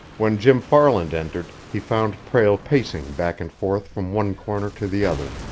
when jim farland entered, he found prale pacing back and forth from one corner to the other.